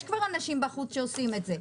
יש כבר אנשים בחוץ שעושים את זה.